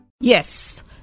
Yes